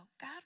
God